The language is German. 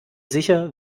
sicher